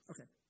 Okay